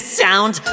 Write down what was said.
sound